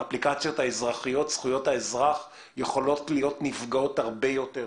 באפליקציות האזרחיות זכויות האזרח יכולות להיות נפגעות הרבה יותר.